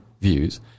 views